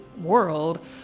world